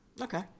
Okay